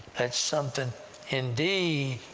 that's something indeed,